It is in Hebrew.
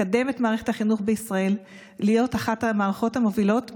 לקדם את מערכת החינוך בישראל להיות אחת המערכות המובילות בעולם.